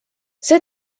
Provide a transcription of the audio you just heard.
see